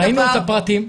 ראינו את הפרטים.